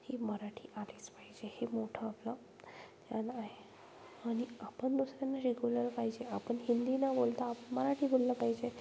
ही मराठी आलीच पाहिजे हे मोठं आपलं आहे आणि आपण दुसऱ्यांना रेगुलर पाहिजे आपण हिंदी न बोलता आपण मराठी बोललं पाहिजे